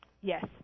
Yes